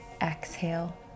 Exhale